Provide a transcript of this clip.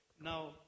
Now